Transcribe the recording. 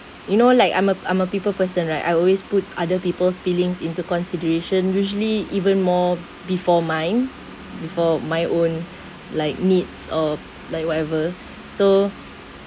you know like I'm a I'm a people person right I always put other people's feelings into consideration usually even more before mine before my own like needs or like whatever so